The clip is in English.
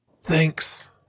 Thanks